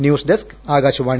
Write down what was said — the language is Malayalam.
news desk Akashvani